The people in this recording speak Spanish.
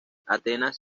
atenas